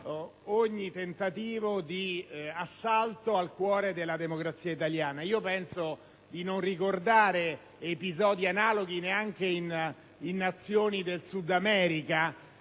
ogni tentativo di assalto al cuore della democrazia italiana. Io non ricordo episodi analoghi, neanche in Paesi del Sud America